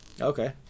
Okay